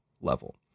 level